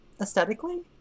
aesthetically